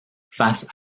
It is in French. face